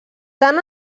tant